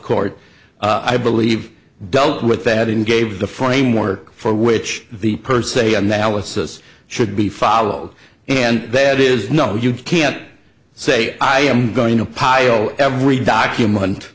court i believe dealt with that and gave the framework for which the per se analysis should be followed and that is no you can't say i am going to pile every document